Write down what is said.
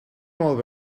molt